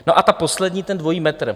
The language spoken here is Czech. No a ta poslední, ten dvojí metr.